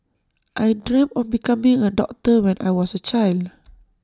I dreamt of becoming A doctor when I was A child